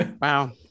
Wow